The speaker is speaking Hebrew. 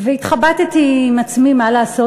והתחבטתי עם עצמי מה לעשות.